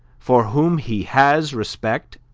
for whom he has respect,